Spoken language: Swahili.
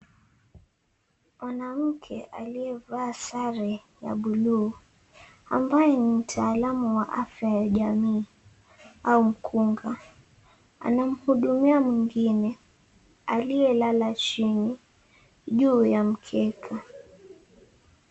Mwanamke aliyevaa sare ya bluu ambaye ni mtaalamu wa afya ya jamii au mkunga anamhudumia mwingine aliyelala chini juu ya mkeka.